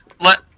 let